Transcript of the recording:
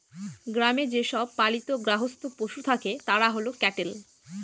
গ্রামে যে সব পালিত গার্হস্থ্য পশু থাকে তারা হল ক্যাটেল